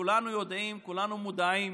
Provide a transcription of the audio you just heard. כולנו יודעים, כולנו מודעים